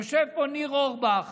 יושב פה ניר אורבך